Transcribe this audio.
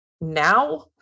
now